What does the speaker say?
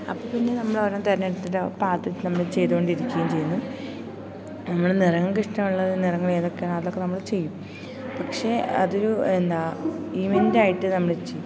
അപ്പം പിന്നെ നമ്മളൊരെണ്ണം തിരഞ്ഞെടുത്തിട്ട് പാത്രം നമ്മൾ ചെയ്തു കൊണ്ടിരിക്കയും ചെയ്യുന്നു നമ്മൾ നിറങ്ങൾക്കിഷ്ടം ഉള്ളത് നിറങ്ങളേതൊക്കെയാണതൊക്കെ നമ്മൾ ചെയ്യും പക്ഷെ അതൊരു എന്താ ഈവൻറ്റായിട്ട് നമ്മൾ ചെയ്യും